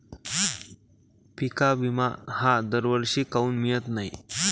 पिका विमा हा दरवर्षी काऊन मिळत न्हाई?